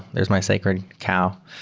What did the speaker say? there's my sacred cow.